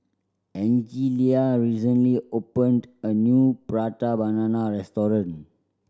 Angelia recently opened a new Prata Banana restaurant